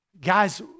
Guys